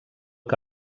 que